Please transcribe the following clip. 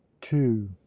two